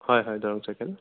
হয় হয় দৰং চাইকেল